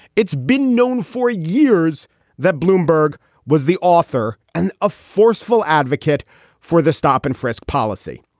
it's been known for years that bloomberg was the author and a forceful advocate for the stop and frisk policy.